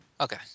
Okay